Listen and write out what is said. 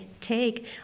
take